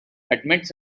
admits